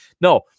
No